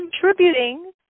contributing